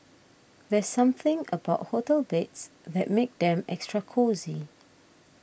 there's something about hotel beds that makes them extra cosy